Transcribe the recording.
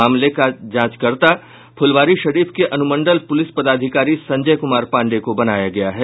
मामले का जांचकर्ता फुलवारीशरीफ के अनुमंडल पुलिस पदाधिकारी संजय कुमार पांडेय को बनाया गया है